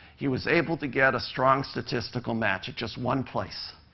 he was able to get a strong statistical match at just one place.